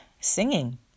singing